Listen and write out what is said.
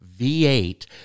V8